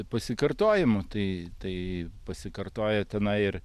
pasikartojimų tai tai pasikartoja tenai ir